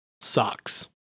Socks